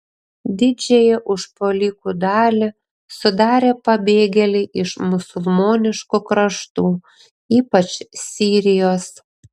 didžiąją užpuolikų dalį sudarė pabėgėliai iš musulmoniškų kraštų ypač sirijos